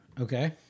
Okay